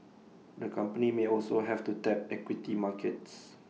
the company may also have to tap equity markets